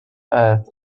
earth